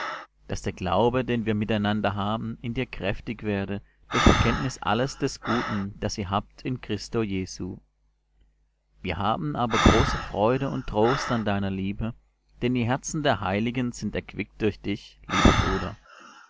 daß der glaube den wir miteinander haben in dir kräftig werde durch erkenntnis alles des guten das ihr habt in christo jesu wir haben aber große freude und trost an deiner liebe denn die herzen der heiligen sind erquickt durch dich lieber bruder